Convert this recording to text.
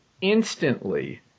instantly